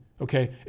okay